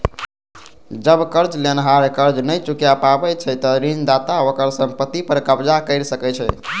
जब कर्ज लेनिहार कर्ज नहि चुका पाबै छै, ते ऋणदाता ओकर संपत्ति पर कब्जा कैर सकै छै